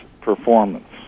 performance